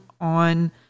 on